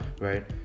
right